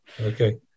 Okay